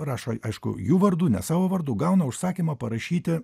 rašo aišku jų vardu ne savo vardu gauna užsakymą parašyti